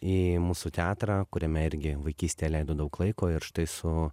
į mūsų teatrą kuriame irgi vaikystėj leido daug laiko ir štai su